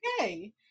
okay